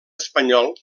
espanyol